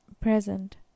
present